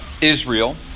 Israel